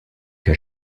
your